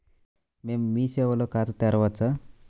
మేము మీ సేవలో ఖాతా తెరవవచ్చా?